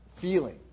feeling